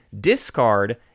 discard